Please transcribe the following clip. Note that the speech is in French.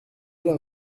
heure